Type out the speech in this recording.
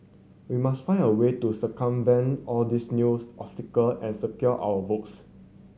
we must find a way to circumvent all these news obstacle and secure our votes